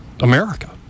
America